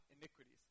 iniquities